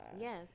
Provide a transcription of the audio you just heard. Yes